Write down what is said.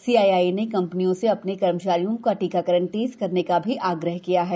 CII ने कंपनियों से अपने कर्मचारियों का टीकाकरण तेज करने का भी आग्रह किया है